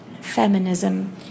feminism